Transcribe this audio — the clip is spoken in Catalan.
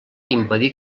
impedir